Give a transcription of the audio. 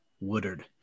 Woodard